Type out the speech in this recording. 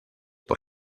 por